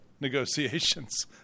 negotiations